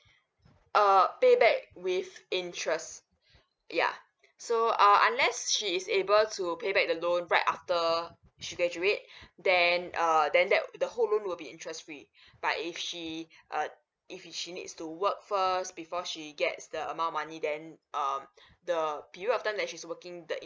err pay back with interest yeah so err unless she is able to pay back the loan right after she graduate then err then that the whole loan will be interest free but if she uh if she needs to work first before she gets the amount money then um the period of time that she's working the